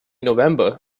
november